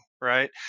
right